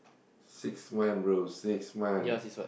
six month bro six month